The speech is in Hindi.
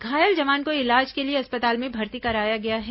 घायल जवान को इलाज के लिए अस्पताल में भर्ती कराया गया है